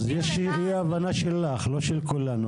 יש אי-הבנה שלך, לא של כולנו.